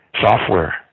software